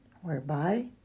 whereby